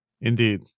indeed